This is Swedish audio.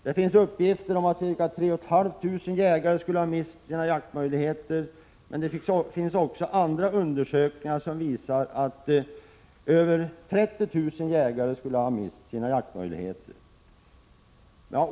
Det finns uppgifter om att ca 3 500 jägare skulle ha mist sina jaktmöjligheter, men det finns också andra undersökningar som visar att över 30 000 jägare skulle ha mist sina jaktmöjligheter.